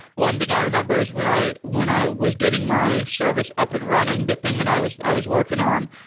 one thing i remember is when i when i was getting my service up and running, the thing that i was i was working on.